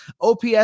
OPS